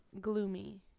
gloomy